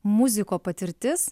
muziko patirtis